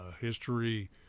history